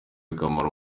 akamaro